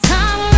Time